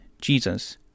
Jesus